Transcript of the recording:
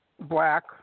Black